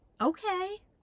okay